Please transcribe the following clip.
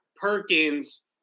perkins